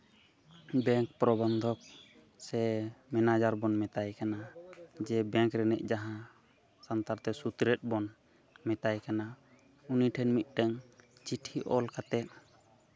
bank problem ᱫᱚ ᱥᱮ manager ᱵᱚᱱ ᱢᱮᱛᱟᱭ ᱠᱟᱱᱟ ᱡᱮ ᱵᱮᱝᱠ ᱨᱮᱱᱤᱡ ᱡᱟᱦᱟᱸᱭ ᱥᱟᱱᱛᱟᱲᱼᱛᱮ ᱥᱩᱛᱨᱮᱛ ᱵᱚᱱ ᱢᱮᱛᱟᱭ ᱠᱟᱱᱟ ᱩᱱᱤ ᱴᱷᱮᱱ ᱢᱤᱫᱴᱮᱱ ᱪᱤᱴᱷᱤ ᱚᱞ ᱠᱟᱛᱮᱫ